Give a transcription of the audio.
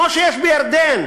כמו שיש בירדן,